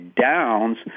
Downs